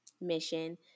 mission